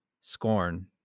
scorn